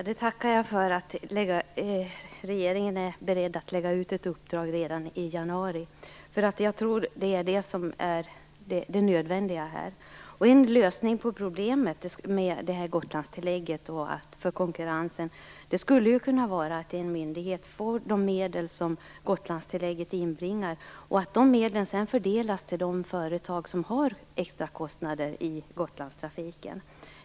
Herr talman! Jag tackar för att regeringen är beredd att lägga ut ett uppdrag redan i januari. Jag tror att det är det som är det nödvändiga här. En lösning på konkurrensproblemet med Gotlandstillägget skulle kunna vara att en myndighet får de medel som Gotlandstillägget inbringar, och att dessa medel sedan fördelas bland de företag som har extrakostnader i samband med Gotlandstrafiken.